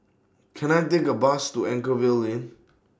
Can I Take A Bus to Anchorvale Lane